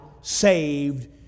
saved